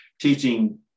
teaching